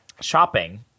shopping